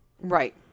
Right